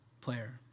player